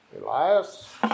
Elias